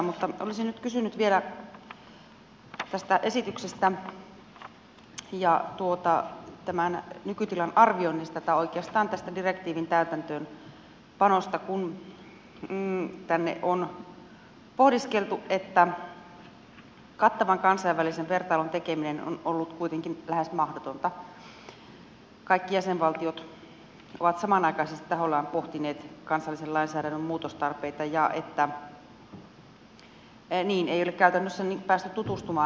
mutta olisin nyt kysynyt vielä tästä esityksestä ja tämän nykytilan arvioinnista tai oikeastaan tästä direktiivin täytäntöönpanosta kun tänne on pohdiskeltu että kattavan kansainvälisen vertailun tekeminen on ollut kuitenkin lähes mahdotonta koska kaikki jäsenvaltiot ovat samanaikaisesti tahoillaan pohtineet kansallisen lainsäädännön muutostarpeita ja niihin ei ole käytännössä päästy tutustumaan